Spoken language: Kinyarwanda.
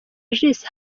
regis